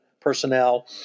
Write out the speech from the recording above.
personnel